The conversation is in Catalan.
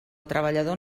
treballador